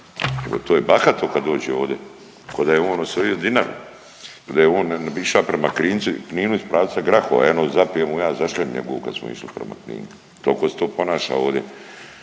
to je bahato kad dođe ovdje, ko je on osvojio Dinaru, ko da je on iša prema Kninu iz pravca Grahova …/Govornik se ne razumije./… kad smo išli prema Kninu tolko se to ponaša ovdje.